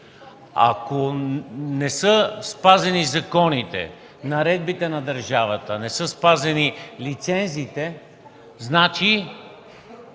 Ако не са спазени законите и наредбите на държавата, не са спазени лицензиите, значи